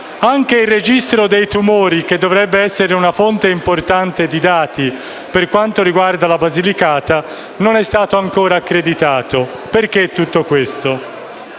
Anche il registro dei tumori, che dovrebbe essere una fonte importante di dati, per quanto riguarda la Basilicata, non è stato ancora accreditato: perché tutto questo?